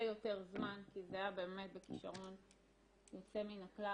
יותר זמן כי זה היה באמת בכישרון יוצא מן הכלל.